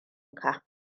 ka